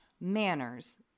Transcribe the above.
manners